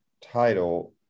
title